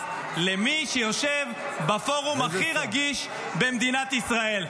למי שיושב בפורום הכי רגיש במדינת ישראל.